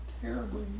Terribly